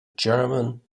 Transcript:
german